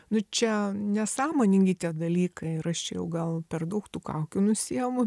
nu čia nesąmoningi tie dalykai ir aš čia jau gal per daug tų kaukių nusijemu